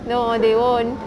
no they won't